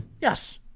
Yes